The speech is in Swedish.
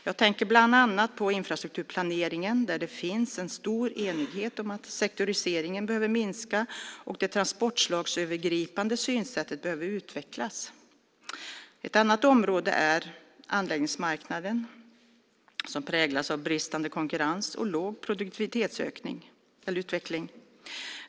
Jag tänker bland annat på infrastrukturplaneringen, där det finns en stor enighet om att sektoriseringen behöver minska och att det transportslagsövergripande synsättet behöver utvecklas. Ett annat område är anläggningsmarknaden som präglas av bristande konkurrens och låg produktivitetsutveckling.